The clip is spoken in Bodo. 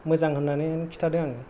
मोजां होननानै खिन्थादों आं